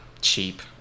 Cheap